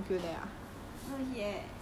ya he he like